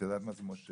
את יודעת מה זה מש"ה.